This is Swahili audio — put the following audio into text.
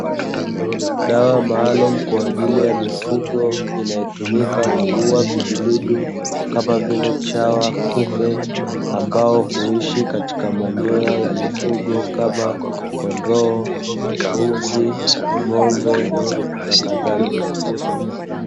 Dawa maalumu kwa ajili ya mifugo, inayotumika kuuwa vijidudu, kama vile chawa, kupe ambao huishi katika manyoya ya mifugo kama kondoo, mbuzi, ng'ombe na kadhalika.